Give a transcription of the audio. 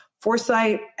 foresight